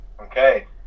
Okay